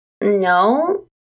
no